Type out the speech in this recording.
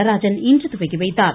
நடராஜன் இன்று துவக்கி வைத்தார்